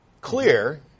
clear